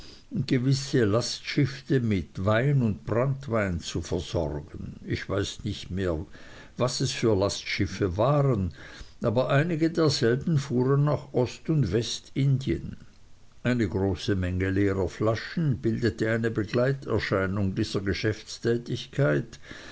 gewisse lastschiffe mit wein und branntwein zu versorgen ich weiß nicht mehr was es für lastschiffe waren aber einige derselben fuhren nach ost und westindien eine große menge leerer flaschen bildete eine begleiterscheinung dieser geschäftstätigkeit